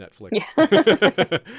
netflix